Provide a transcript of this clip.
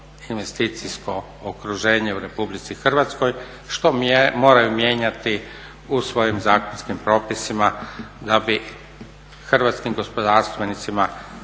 investicijsko okruženje u Republici Hrvatskoj, što moraju mijenjati u svojim zakonskim propisima da bi hrvatskim gospodarstvenicima,